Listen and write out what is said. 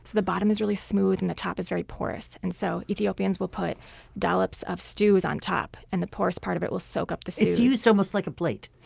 the bottom is really smooth and the top is very porous. and so ethiopians will put dollops of stews on top, and the porous part of it will soak up the stews it's used almost like a plate?